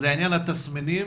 לעניין התסמינים,